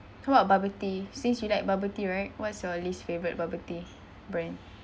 how about bubble tea since you like bubble tea right what's your least favourite bubble tea brand